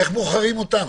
איך בוחרים אותן?